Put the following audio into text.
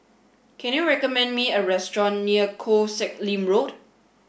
can you recommend me a restaurant near Koh Sek Lim Road